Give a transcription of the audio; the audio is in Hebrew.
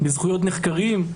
בזכויות נחקרים.